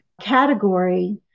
category